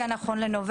לסדר-היום,